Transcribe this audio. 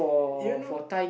you know